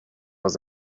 was